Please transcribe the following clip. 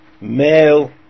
male